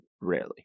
Rarely